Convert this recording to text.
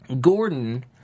Gordon